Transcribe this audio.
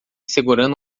segurando